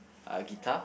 uh guitar